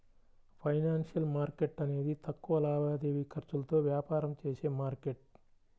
financial market అనేది తక్కువ లావాదేవీ ఖర్చులతో వ్యాపారం చేసే మార్కెట్